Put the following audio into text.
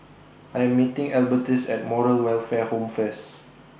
I Am meeting Albertus At Moral Welfare Home First